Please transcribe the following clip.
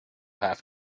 have